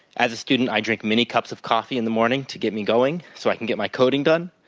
as a student, i drink many cups of coffee in the morning to get me going so i can get my coding done.